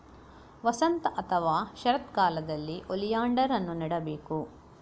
ವಸಂತ ಅಥವಾ ಶರತ್ಕಾಲದಲ್ಲಿ ಓಲಿಯಾಂಡರ್ ಅನ್ನು ನೆಡಬೇಕು